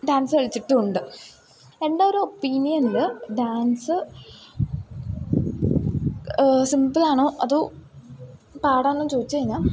dance കളിച്ചിട്ടും ഉണ്ട് എൻ്റെ ഒരു ഒപ്പീനിയനിൽ ഡാൻസ് സിമ്പിളാണോ അതോ പാടാണോയെന്ന് ചോദിച്ചുകഴിഞ്ഞാൽ